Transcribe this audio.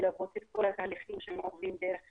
מלוות את כל התהליכים שהם עוברים דרך